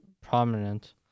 prominent